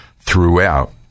throughout